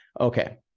Okay